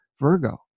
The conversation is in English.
Virgo